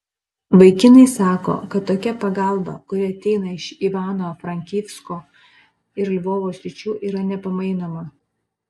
vaikinai sako kad tokia pagalba kuri ateina iš ivano frankivsko ir lvovo sričių yra nepamainoma